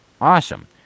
Awesome